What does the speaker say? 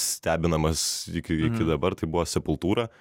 stebinamas iki dabar tai buvo sepultura